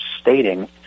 stating